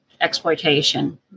exploitation